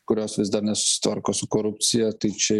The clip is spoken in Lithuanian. kurios vis dar nesusitvarko su korupcija tai čia